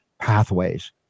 pathways